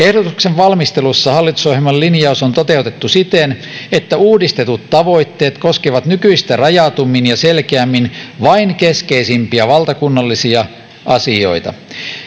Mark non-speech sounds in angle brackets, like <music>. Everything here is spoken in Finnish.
<unintelligible> ehdotuksen valmistelussa hallitusohjelman linjaus on toteutettu siten että uudistetut tavoitteet koskevat nykyistä rajatummin ja selkeämmin vain keskeisimpiä valtakunnallisia asioita